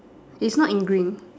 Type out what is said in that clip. it's not in green